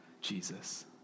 Jesus